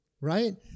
right